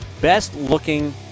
Best-looking